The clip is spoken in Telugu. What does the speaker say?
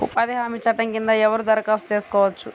ఉపాధి హామీ చట్టం కింద ఎవరు దరఖాస్తు చేసుకోవచ్చు?